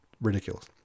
ridiculous